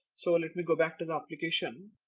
so let me go back to the application.